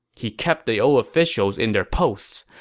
he kept the old officials in their posts.